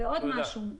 עוד משהו.